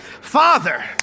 Father